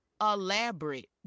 elaborate